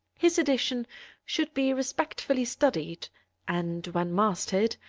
his edition should be respectfully studied and, when mastered,